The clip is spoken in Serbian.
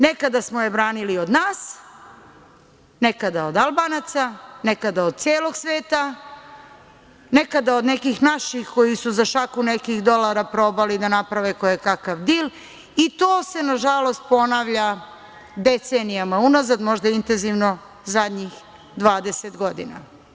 Nekada smo je branili od nas, nekada od Albanaca, nekada od celog sveta, nekada od nekih naših koji su za šaku nekih dolara probali da naprave kojekakav dil i to se, nažalost ponavlja decenijama unazad, možda intenzivno zadnjih 20 godina.